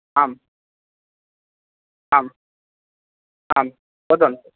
आम् आम् आम् वदन्तु